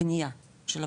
בנייה של הפרויקט.